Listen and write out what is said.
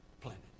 Planet